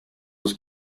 was